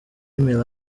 email